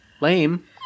Lame